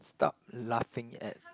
stop laughing at